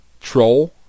troll